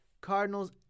Cardinals